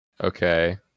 okay